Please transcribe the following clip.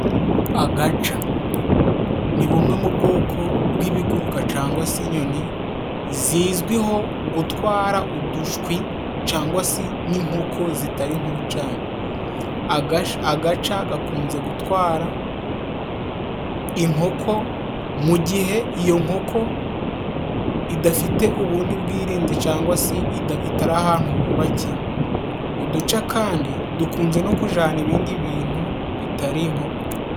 Agaca ni bumwe mu bwoko bw'ibiguruka cyangwa se inyoni zizwiho gutwara udushwi cyangwa se n'inkoko zitari nkuru cyane. Agaca gakunze gutwara inkoko mu gihe iyo nkoko idafite ubundi bwirinzi cyangwa se itari ahantu hubakiye .Uduca kandi dukunze no kujana ibindi bintu bitari inkoko.